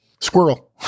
squirrel